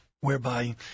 whereby